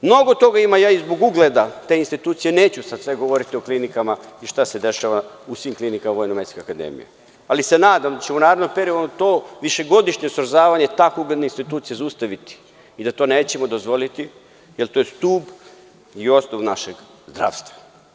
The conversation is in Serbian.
Mnogo toga ima, a ja zbog ugleda te institucije neću sada sve govoriti o klinikama i šta se dešava u svim klinikama VMA, ali se nadam da ćemo u narednom periodu to višegodišnje srozavanje tako ugledne institucije zaustaviti i da to nećemo dozvoliti, jer je to je stub i osnov našeg zdravstva.